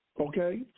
okay